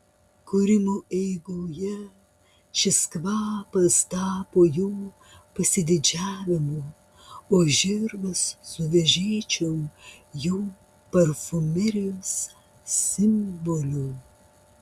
kūrimo eigoje šis kvapas tapo jų pasididžiavimu o žirgas su vežėčiom jų parfumerijos simboliu